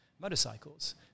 motorcycles